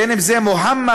בין שזה מוחמד,